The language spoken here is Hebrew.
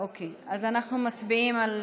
אז אנחנו מצביעים על